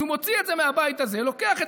אז הוא מוציא את זה מהבית הזה ולוקח את